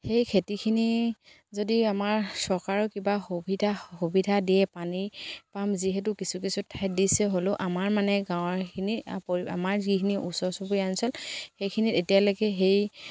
সেই খেতিখিনি যদি আমাৰ চৰকাৰৰ কিবা সুবিধা সুবিধা দিয়ে পানী পাম যিহেতু কিছু কিছু ঠাইত দিছে হ'লেও আমাৰ মানে গাঁৱৰখিনি আমাৰ যিখিনি ওচৰ চুবুৰীয়া অঞ্চল সেইখিনিত এতিয়ালৈকে সেই